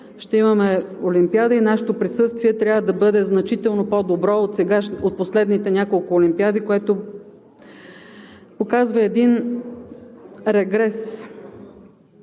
ще имаме олимпиада и нашето присъствие трябва да бъде значително по-добро от последните няколко олимпиади, което показва един регрес.